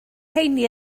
rheiny